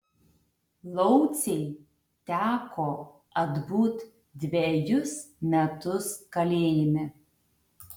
laucei teko atbūt dvejus metus kalėjime